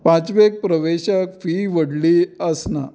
पांचवेक प्रवेशाक फी व्हडली आसना